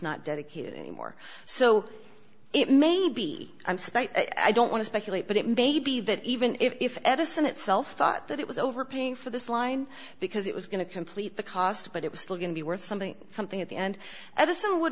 not dedicated anymore so it may be i'm spite i don't want to speculate but it may be that even if edison itself thought that it was overpaying for this line because it was going to complete the cost but it was going to be worth something something at the end edison would